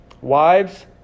Wives